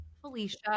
Felicia